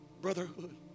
Brotherhood